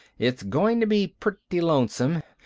it's going to be pretty lonesome,